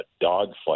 dogfight